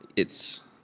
it's,